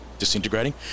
disintegrating